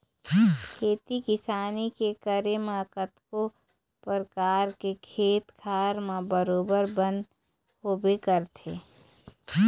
खेती किसानी के करे म कतको परकार के खेत खार म बरोबर बन होबे करथे